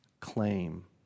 claim